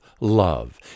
love